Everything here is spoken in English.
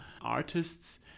artists